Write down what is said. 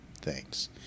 Thanks